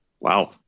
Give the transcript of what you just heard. Wow